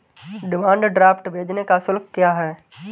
Demand draft भेजने का शुल्क क्या है?